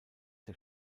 der